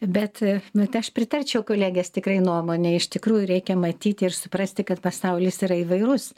bet bet aš pritarčiau kolegės tikrai nuomonei iš tikrųjų reikia matyti ir suprasti kad pasaulis yra įvairus